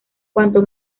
cuanto